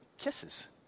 kisses